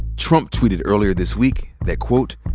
trump tweeted earlier this week that, quote,